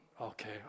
okay